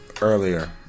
Earlier